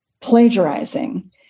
plagiarizing